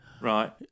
right